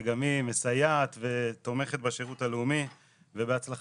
שגם היא מסייעת ותומכת בשירות הלאומי ובהצלחה.